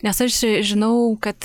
nes aš žinau kad